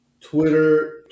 Twitter